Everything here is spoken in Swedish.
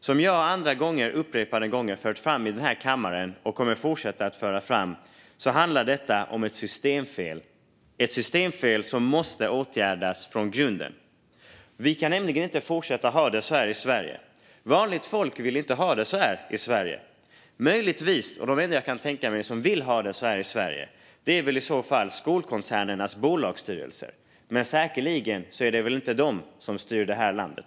Som jag och andra upprepade gånger har fört fram här i kammaren, och kommer att fortsätta att föra fram, handlar detta om ett systemfel som måste åtgärdas från grunden. Vi kan inte fortsätta att ha det så här i Sverige. Vanligt folk vill inte ha det så här. De enda jag kan tänka mig som vill ha det så här är väl i så fall skolkoncernernas bolagsstyrelser. Men det är väl inte de som styr landet?